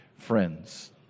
Friends